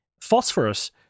phosphorus